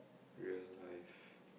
realise